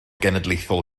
genedlaethol